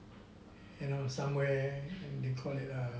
you know somewhere they call it err